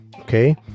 okay